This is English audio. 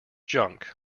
junk